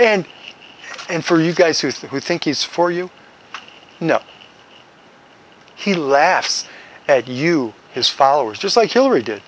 and and for you guys who think we think he's for you know he laughs at you his followers just like hillary did